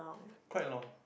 quite long